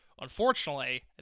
unfortunately